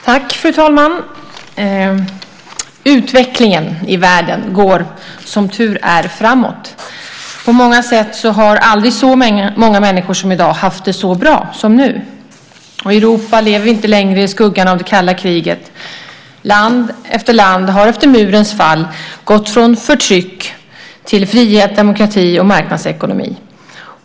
Fru talman! Utvecklingen i världen går som tur är framåt. På många sätt har aldrig så många människor haft det så bra som nu. Europa lever inte längre i skuggan av det kalla kriget. Land efter land har efter murens fall gått från förtryck till frihet, demokrati och marknadsekonomi.